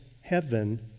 heaven